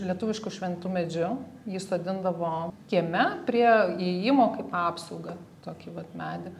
lietuvišku šventu medžiu jį sodindavo kieme prie įėjimo kaip apsaugą tokį vat medį